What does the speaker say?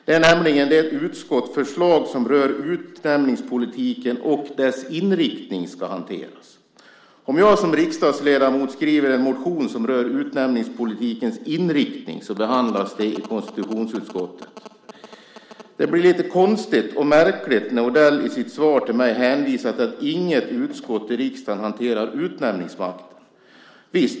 Det är nämligen det utskottsförslag som rör hur utnämningspolitiken och dess inriktning ska hanteras. Om jag som riksdagsledamot skriver en motion som rör utnämningspolitikens inriktning behandlas den i konstitutionsutskottet. Det blir lite märkligt när Odell i sitt svar till mig hänvisar till att inget utskott i riksdagen hanterar utnämningsmakten.